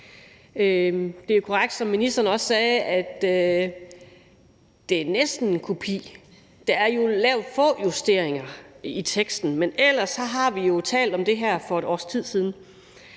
Det er jo korrekt, som ministeren også sagde, at det næsten er en kopi. Der er lavet få justeringer i teksten, men ellers har vi jo talt om det her for et års tid siden,